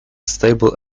stable